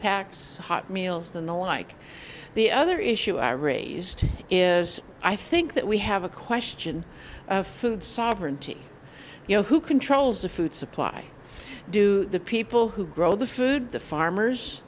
packs hot meals in the like the other issue i raised him it is i think that we have a question of food sovereignty you know who controls the food supply do the people who grow the food the farmers